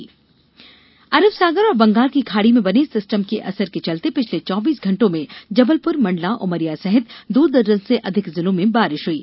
मौसम अरब सागर और बंगाल की खाडी में बने सिस्टम के असर के चलते पिछले चौबीस घंटों में जबलपुर मंडला उमरिया सहित दो दर्जन से अधिक जिलो में बारिश हयी